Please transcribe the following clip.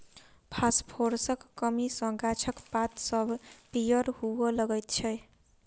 फासफोरसक कमी सॅ गाछक पात सभ पीयर हुअ लगैत छै